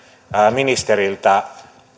ministeriltä